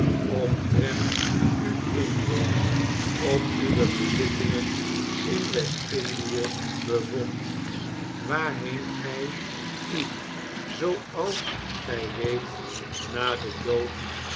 omtrent u inwon op uwe bezittingen in w e s t-i n d i ë bevondt waarheen gij u zooals gij weet na den dood